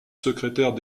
secrétaire